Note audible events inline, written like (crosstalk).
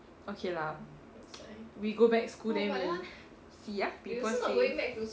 okay lah (noise) we go back school then we see ah people say